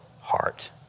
heart